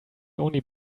only